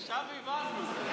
עכשיו הבנו.